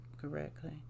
correctly